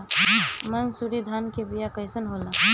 मनसुरी धान के बिया कईसन होला?